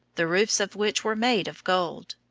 the roofs of which were made of gold.